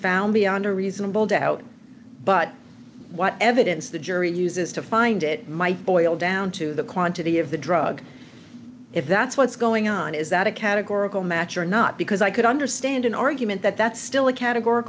found beyond a reasonable doubt but what evidence the jury uses to find it might boil down to the quantity of the drug if that's what's going on is that a categorical match or not because i could understand an argument that that's still a categor